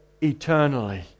eternally